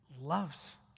loves